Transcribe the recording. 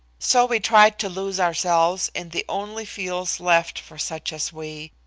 so we tried to lose ourselves in the only fields left for such as we.